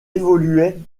évoluait